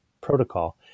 Protocol